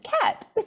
Cat